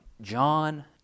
John